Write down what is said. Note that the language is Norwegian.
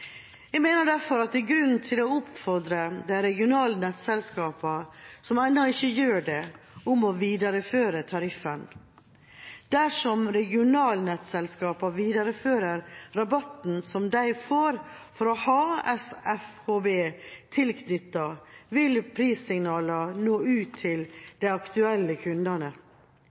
Jeg mener derfor at det er grunn til å oppfordre de regionale nettselskapene som ennå ikke gjør det, til å videreføre tariffen. Dersom regionalnettselskapene viderefører rabatten som de får for å ha SFHB tilknyttet, vil prissignalene nå ut til